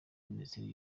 minisiteri